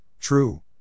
true